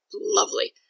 lovely